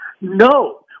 No